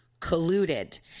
colluded